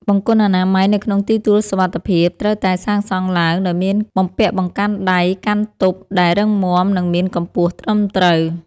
បង្គន់អនាម័យនៅក្នុងទីទួលសុវត្ថិភាពត្រូវតែសាងសង់ឡើងដោយមានបំពាក់បង្កាន់ដៃកាន់ទប់ដែលរឹងមាំ និងមានកម្ពស់ត្រឹមត្រូវ។